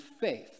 faith